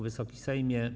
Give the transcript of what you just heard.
Wysoki Sejmie!